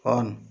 on